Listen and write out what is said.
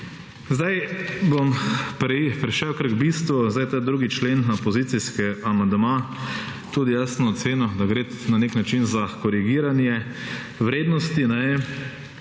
Zdaj bom prešel kar k bistvu. Zdaj ta drugi člen, opozicijski amandma. Tudi jaz sem ocenil, da gre za nek način korigiranje vrednosti,